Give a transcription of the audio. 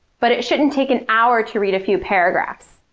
but it shouldn't take an hour to read a few paragraphs.